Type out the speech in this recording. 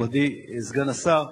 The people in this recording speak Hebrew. מכובדי סגן השר,